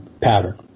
pattern